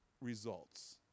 results